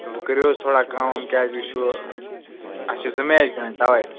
تہٕ وۄنۍ کٔرِو حظ تھوڑا کم وم کیٛازِ یہِ چھُ اَسہِ چھِ زٕ میچ گنٛدٕنۍ تَوَے